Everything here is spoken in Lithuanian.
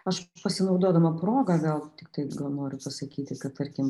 aš pasinaudodama proga gal tiktai noriu pasakyti kad tarkim